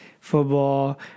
football